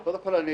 קודם כול, אני